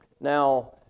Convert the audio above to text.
Now